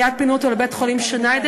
ומייד פינו אותו לבית-החולים "שניידר",